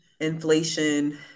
inflation